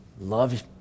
love